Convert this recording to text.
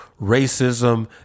racism